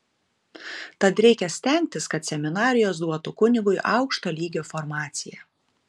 tad reikia stengtis kad seminarijos duotų kunigui aukšto lygio formaciją